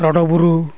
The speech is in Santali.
ᱨᱚᱰᱚ ᱵᱩᱨᱩ